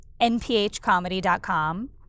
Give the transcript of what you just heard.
nphcomedy.com